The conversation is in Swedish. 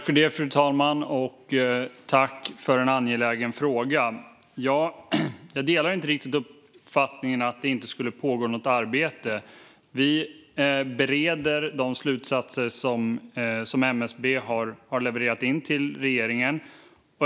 Fru talman! Jag tackar ledamoten för en angelägen fråga. Jag delar inte uppfattningen att det inte skulle pågå något arbete. Vi bereder de slutsatser som MSB har levererat till regeringen.